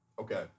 Okay